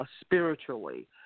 spiritually